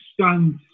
stands